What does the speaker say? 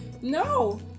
No